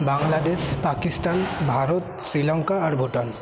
বাংলাদেশ পাকিস্তান ভারত শ্রীলংকা আর ভুটান